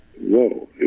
Whoa